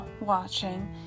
watching